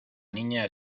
niña